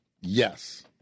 Yes